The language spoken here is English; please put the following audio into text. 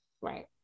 Right